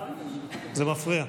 זה מפריע.